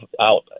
out